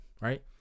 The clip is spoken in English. Right